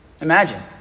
Imagine